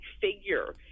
figure